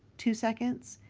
two seconds,